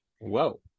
Whoa